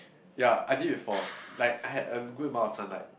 ya I did before like I had a good amount of sunlight